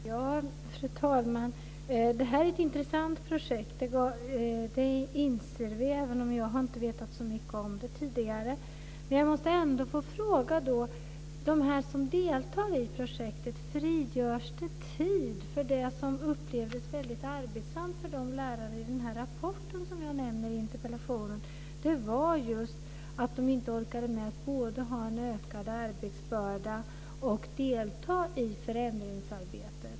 Fru talman! Det här är ett intressant projekt, det inser jag även om jag inte har vetat så mycket om det tidigare. Jag måste ändå fråga om det frigörs tid för dem som deltar i projektet. Det som upplevs som väldigt arbetsamt för de lärare enligt den rapport som jag nämnde i interpellationen var just att de inte orkade med både en ökad arbetsbörda och ett deltagande i förändringsarbetet.